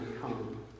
come